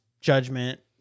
judgment